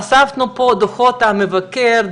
אספנו פה דוחות מבקר,